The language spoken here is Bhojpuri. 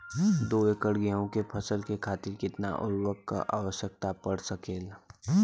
दो एकड़ गेहूँ के फसल के खातीर कितना उर्वरक क आवश्यकता पड़ सकेल?